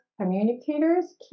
communicators